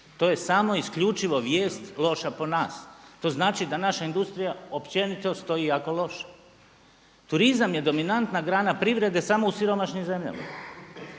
To je samo isključivo vijest loša po nas. To znači da naša industrija općenito stoji jako loše. Turizam je dominantna grana privrede samo u siromašnim zemljama.